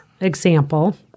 example